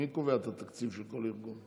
מי קובע את התקציב של כל ארגון?